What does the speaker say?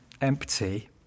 empty